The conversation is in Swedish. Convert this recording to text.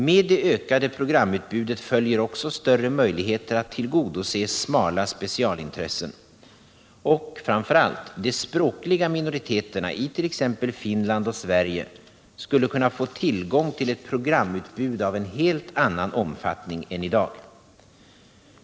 Med det ökade programutbudet följer också större möjligheter att tillgodose ”smala” specialintressen. Och - framför allt — de språkliga minoriteterna i t.ex. Finland och Sverige skulle kunna få tillgång till ett programutbud av en helt annan omfattning än i dag.